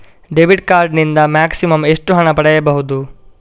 Debit card ನಿಂದ maximum ಎಷ್ಟು ಹಣ ಪಡೆಯಬಹುದು?